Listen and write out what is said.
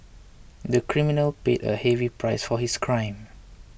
the criminal paid a heavy price for his crime